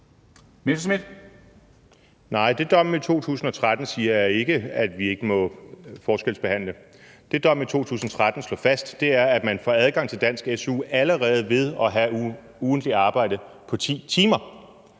Nej, det, dommen i 2013 siger, er ikke, at vi ikke må forskelsbehandle. Det, dommen i 2013 slog fast, er, at man får adgang til dansk su allerede ved at have ugentligt arbejde på 10 timer,